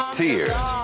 tears